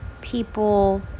people